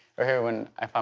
ah here when i